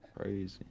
Crazy